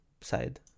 side